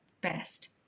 best